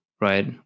right